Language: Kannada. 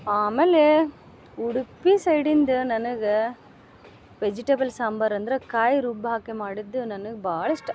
ಆಮೇಲೆ ಉಡುಪಿ ಸೈಡಿಂದ ನನಗೆ ವೆಜಿಟೇಬಲ್ ಸಾಂಬರ್ ಅಂದ್ರೆ ಕಾಯಿ ರುಬ್ಬಿ ಹಾಕಿ ಮಾಡಿದ್ದ ನನಗೆ ಭಾಳ ಇಷ್ಟ